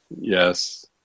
Yes